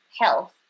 health